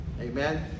Amen